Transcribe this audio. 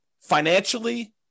financially